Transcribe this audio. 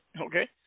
Okay